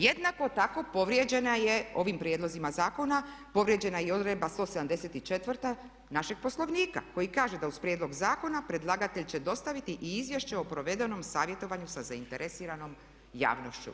Jednako tako povrijeđena je, ovim prijedlozima zakona, povrijeđena je i odredba 174. našeg Poslovnika koji kaže da uz prijedlog zakona predlagatelj će dostaviti i izvješće o provedenom savjetovanju sa zainteresiranom javnošću.